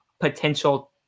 potential